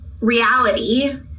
reality